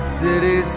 city